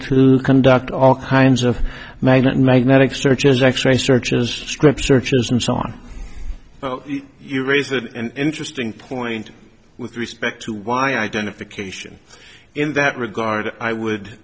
to conduct all kinds of magnet magnetics searches x ray searches strip searches and so on you raise an interesting point with respect to why identification in that regard i would